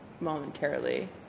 momentarily